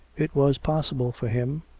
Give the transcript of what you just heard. it was possible for him,